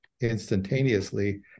instantaneously